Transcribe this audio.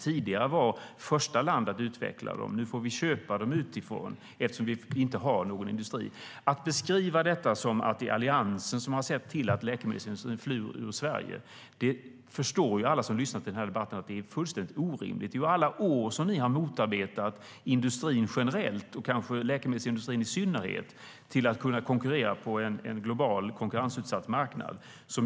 Tidigare var vi första land att utveckla dem, men nu får vi köpa dem utifrån eftersom vi inte har någon industri. Att beskriva det som att det är Alliansen som har sett till att läkemedelsindustrin flyr Sverige är fullständigt orimligt. Det förstår alla som lyssnar till denna debatt. Att det är på det viset är för att ni under alla år har motarbetat att industrin generellt och kanske läkemedelsindustrin i synnerhet ska kunna konkurrera på en global, konkurrensutsatt marknad.